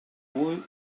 vull